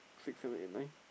six seven eight nine